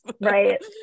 right